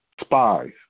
spies